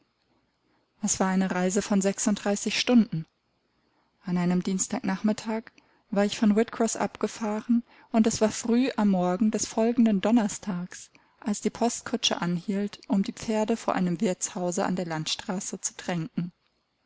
es war eine reise von sechsunddreißig stunden an einem dienstag nachmittag war ich von whitcroß abgefahren und es war früh am morgen des folgenden donnerstags als die postkutsche anhielt um die pferde vor einem wirtshause an der landstraße zu tränken